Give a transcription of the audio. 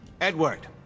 Edward